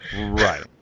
Right